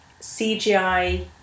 CGI